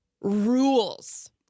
rules